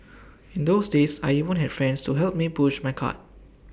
in those days I even had friends to help me push my cart